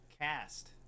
cast